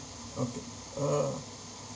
okay uh